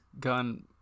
gun